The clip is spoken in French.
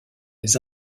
des